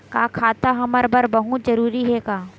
का खाता हमर बर बहुत जरूरी हे का?